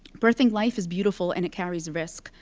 birthing life is beautiful and it carries risk,